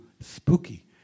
spooky